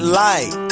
light